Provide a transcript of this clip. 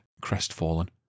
crestfallen